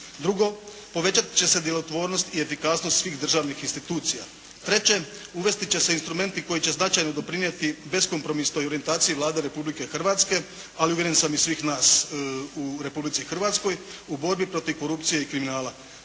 Drugo, povećat će se djelotvornost i efikasnost svih državnih institucija. Treće, uvesti će se instrumenti koji će značajno doprinijeti beskompromisnoj orijentaciji Vlade Republike Hrvatske, ali uvjeren sam i svih nas u Republici Hrvatskoj u borbi protiv korupcije i kriminala.